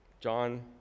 John